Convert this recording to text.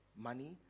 money